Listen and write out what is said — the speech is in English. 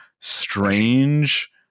strange